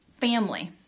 family